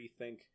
rethink